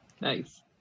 Nice